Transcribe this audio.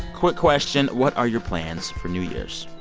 quick question what are your plans for new years?